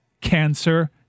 Cancer